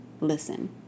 listen